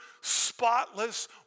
spotless